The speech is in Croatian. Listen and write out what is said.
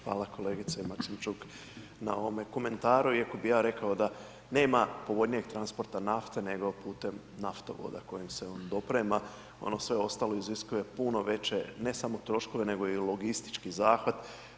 Hvala kolegice Maksimčuk, na ovome komentaru, iako bi ja rekao, da nema povoljnijeg transporta nafte, nego putem naftovoda, kojim se on doprema, ono sve ostalo iziskuje puno veće, ne samo troškove, nego i logistički zahvat.